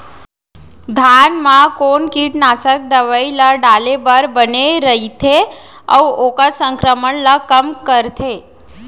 धान म कोन कीटनाशक दवई ल डाले बर बने रइथे, अऊ ओखर संक्रमण ल कम करथें?